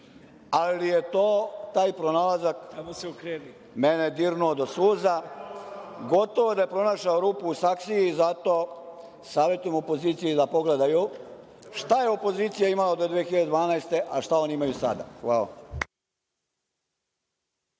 ali je to, taj pronalazak mene dirnuo do suza. Gotovo da je pronašao rupu u saksiji i zato savetujem opoziciji da pogledaju šta je opozicija imala do 2012 godine, a šta oni imaju sada. Hvala.